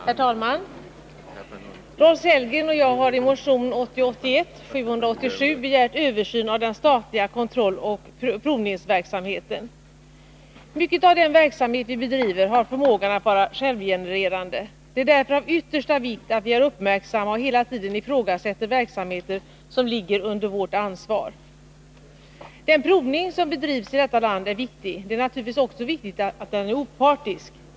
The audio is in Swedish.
Herr talman! Rolf Sellgren och jag har i motion 1980/81:787 begärt en översyn av den statliga kontrolloch provningsverksamheten. Mycket av den verksamhet vi bedriver har förmågan att vara självge:.ererande. Det är därför av yttersta vikt att vi är uppmärksamma och hela tiden ifrågasätter verksamheter som ligger under vårt ansvar. Den provning som bedrivs i detta land är viktig. Det är naturligtvis också viktigt att den är opartisk.